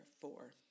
four